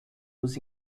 nos